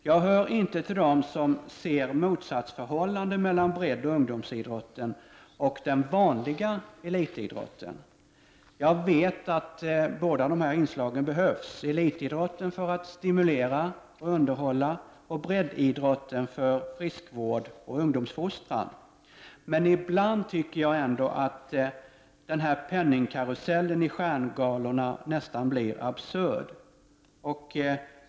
Jag hör inte till dem som ser motsatsförhållanden mellan breddoch ungdomsidrotten och den vanliga elitidrotten. Jag vet att båda dessa inslag behövs; elitidrotten för att stimulera och underhålla, breddidrotten för friskvård och ungdomsfostran. Men ibland blir ändå penningkarusellen i stjärngalorna nästan absurd.